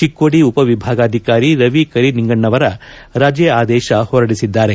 ಚಿಕ್ಕೋಡಿ ಉಪ ವಿಭಾಗಾಧಿಕಾರಿ ರವಿ ಕರಿನಿಂಗಣ್ಣವರ ರಜೆ ಆದೇಶ ಹೊರಡಿಸಿದ್ದಾರೆ